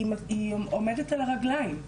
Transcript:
היא עומדת על הרגליים.